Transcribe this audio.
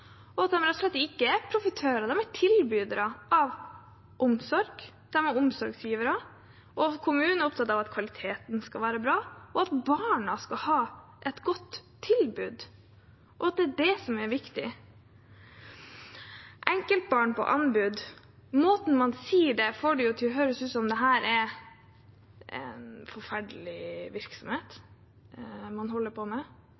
og at de rett og slett ikke er profitører, de er tilbydere av omsorg. De er omsorgsgivere. Og kommunen er opptatt av at kvaliteten skal være bra, og at barna skal ha et godt tilbud, og at det er det som er viktig. «Enkeltbarn på anbud» – måten man sier det på, får det til å høres ut som om det er en forferdelig virksomhet man holder på med.